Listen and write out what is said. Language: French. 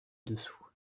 dessous